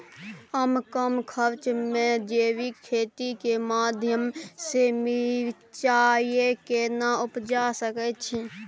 हम कम खर्च में जैविक खेती के माध्यम से मिर्चाय केना उपजा सकेत छी?